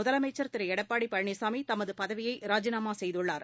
முதலமைச்சா் திரு எடப்பாடி பழனிசாமி தமது பதவியை ராஜினாமா செய்துள்ளார்